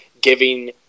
giving